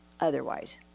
otherwise